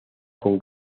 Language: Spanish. con